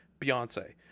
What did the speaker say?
beyonce